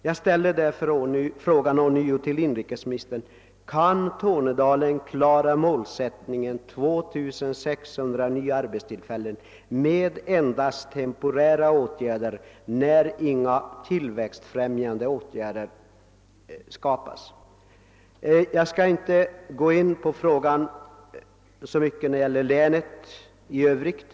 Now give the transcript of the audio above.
Jag ställer därför ånyo frågan till inrikesministern, om Tornedalen kan klara målsättningen 2600 nya arbetstillfällen med enbart temporära åtgärder utan att tillväxtfrämjande satsningar göres. Jag skall inte så mycket gå in på frågan om länet i övrigt.